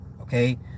okay